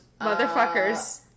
motherfuckers